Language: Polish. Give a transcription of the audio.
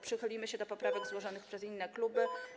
Przychylimy się do poprawek złożonych przez inne kluby.